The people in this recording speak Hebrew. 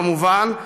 כמובן,